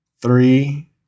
Three